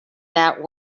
that